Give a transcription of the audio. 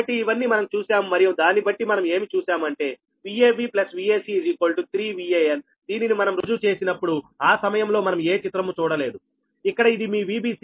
కాబట్టి ఇవన్నీ మనం చూసాము మరియు దాన్నిబట్టి మనం ఏమి చూశాము అంటే Vab Vac 3 Van దీనిని మనం రుజువు చేసినప్పుడు ఆ సమయంలో మనం ఏ చిత్రము చూడలేదుఇక్కడ ఇది మీ Vbc